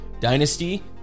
Dynasty